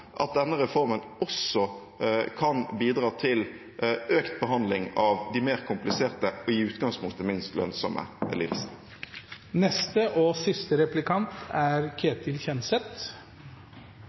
denne reformen også kan bidra til økt behandling av de mer kompliserte, og i utgangspunktet minst lønnsomme lidelsene. Jeg synes det er